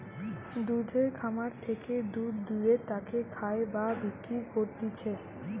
দুধের খামার থেকে দুধ দুয়ে তাকে খায় বা বিক্রি করতিছে